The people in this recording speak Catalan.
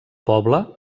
poble